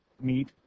meet